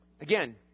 Again